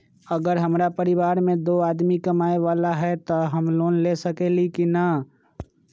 अगर हमरा परिवार में दो आदमी कमाये वाला है त हम लोन ले सकेली की न?